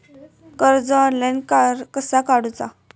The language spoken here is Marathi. कर्ज ऑनलाइन कसा काडूचा?